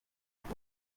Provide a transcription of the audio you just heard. goma